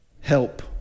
help